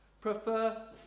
prefer